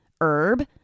Herb